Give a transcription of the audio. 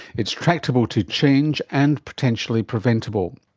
it's tractable to change and potentially preventable.